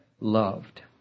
loved